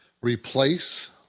replace